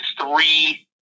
three